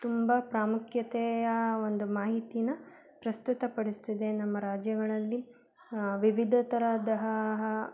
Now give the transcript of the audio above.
ತುಂಬ ಪ್ರಾಮುಖ್ಯತೆಯ ಒಂದು ಮಾಹಿತಿನ ಪ್ರಸ್ತುತ ಪಡಿಸ್ತಿದೆ ನಮ್ಮ ರಾಜ್ಯಗಳಲ್ಲಿ ವಿವಿಧ ತರದಹ